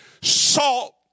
salt